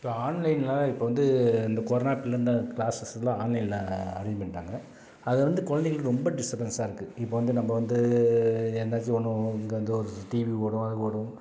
இப்போ ஆன்லைனில் இப்போ வந்து இந்த கொரோனாட்லந்த க்ளாஸஸ் எல்லாம் ஆன்லைனில் அரேஞ்ச் பண்ணிட்டாங்க அது வந்து கொழந்தைகளுக்கு ரொம்ப டிஸ்டபன்ஸாக இருக்குது இப்போது வந்து நம்ம வந்து என்னாச்சு ஒன்னு இங்கே வந்து ஒரு டிவி ஓடும் அது ஓடும்